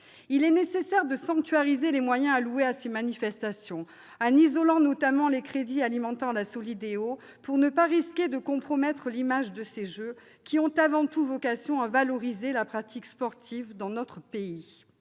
Il est nécessaire de sanctuariser les moyens alloués à ces manifestations, en isolant notamment les crédits alimentant la SOLIDEO, pour ne pas risquer de compromettre l'image de ces jeux, qui ont avant tout vocation à valoriser la pratique sportive dans notre pays.